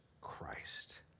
Christ